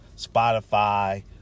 Spotify